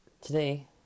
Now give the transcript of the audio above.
today